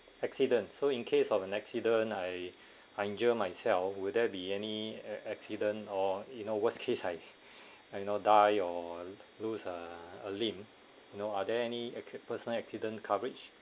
accident so in case of an accident I I injure myself will there be any acc~ accident or you know worst case I you know die or lose a a limb you know are there any acc~ personal accident coverage